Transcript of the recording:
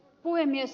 puhemies